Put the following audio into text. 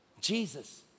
Jesus